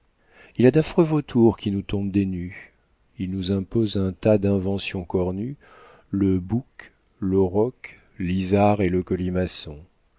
il a d'affreux vautours qui nous tombent des nues il nous impose un tas d'inventions cornues le bouc l'auroch l'isard et le colimaçon